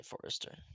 Forrester